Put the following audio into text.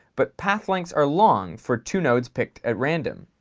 but path lengths are long for two nodes picked at random.